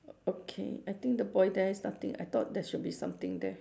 okay I think the boy there is nothing I thought there should be something there